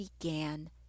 began